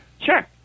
Sure